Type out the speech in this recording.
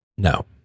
No